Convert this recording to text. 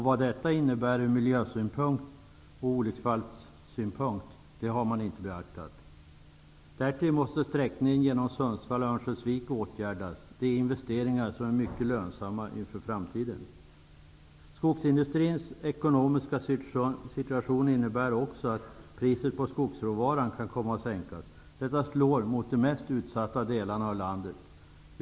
Vad detta innebär ur miljösynpunkt och ur olycksfallssynpunkt har inte beaktats. Därtill måste sträckningen genom Sundsvall och Örnsköldsvik åtgärdas. Det är investeringar som är mycket lönsamma inför framtiden. Skogsindustrins ekonomiska situation innebär också att priset på skogsråvaran kan komma att sänkas. Detta slår mot de mest utsatta delarna av landet.